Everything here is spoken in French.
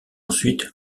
ensuite